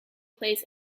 place